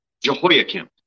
Jehoiakim